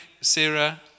Sarah